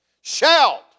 Shout